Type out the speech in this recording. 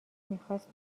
میخواست